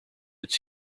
its